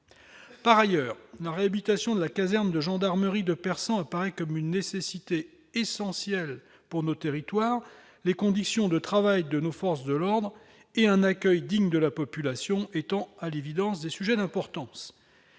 par ailleurs nos réhabilitation de la caserne de gendarmerie de persan, apparaît comme une nécessité essentielle pour nos territoires, les conditions de travail de nos forces de l'ordre et un accueil digne de la population étant à l'évidence des sujets d'importance,